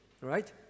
right